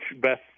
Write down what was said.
best